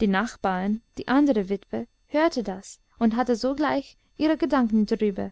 die nachbarin die andre witwe hörte das und hatte sogleich ihre gedanken drüber